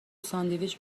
ساندویچ